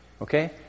Okay